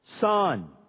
Son